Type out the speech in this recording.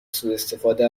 سوءاستفاده